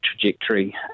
trajectory